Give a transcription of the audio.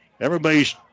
everybody's